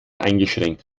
eingeschränkt